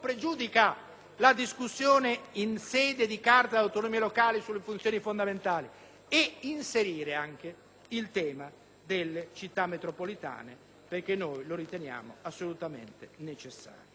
la discussione in sede di Carta delle autonomie locali sulle funzioni fondamentali, e inserire nella legge anche il tema delle Città metropolitane, perché lo riteniamo assolutamente necessario.